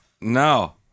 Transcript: No